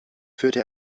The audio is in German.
führte